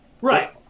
Right